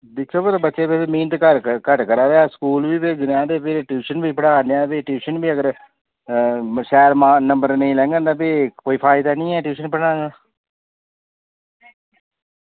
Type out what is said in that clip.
दिक्खेओ पर बच्चे फिर मेह्नत घर घट्ट करा दे अस स्कूल बी भेजनेआं ते फिर ट्यूशन बी पढ़ाने आं फ्ही ट्यूशन बीअगर शैल मा नंबर निं लैंगन ते फ्ही कोई फायदा नि ऐ ट्यूशन पढ़ाने दा